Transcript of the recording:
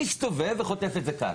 מסתובב וחוטף את זה כאן.